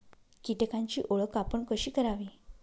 कीटकांची ओळख आपण कशी करावी?